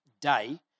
day